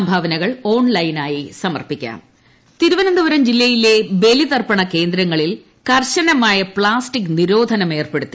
സംഭാവനകൾ ഓൺലൈനായി സമർ പ്പിക്കാം ട്ടടടടടടടടടടടടട ബലിതർപ്പണം തിരുവനന്തപുരം ജില്ലയിലെ ബലിതർപ്പണകേന്ദ്രങ്ങളിൽ കർശനമായ പ്ലാസ്റ്റിക് നിരോധനം ഏർപ്പെടുത്തി